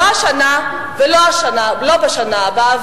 לא השנה ולא בשנה הבאה.